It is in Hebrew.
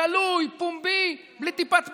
גלוי, פומבי, בלי טיפת בושה.